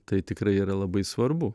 tai tikrai yra labai svarbu